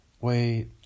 Wait